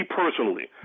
personally